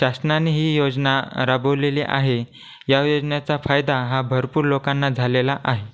शासनाने ही योजना राबवलेली आहे या योजनेचा फायदा हा भरपूर लोकांना झालेला आहे